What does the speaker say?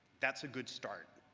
that's a good start.